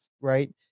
right